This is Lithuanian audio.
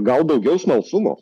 gal daugiau smalsumo